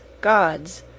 Gods